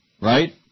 Right